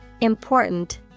Important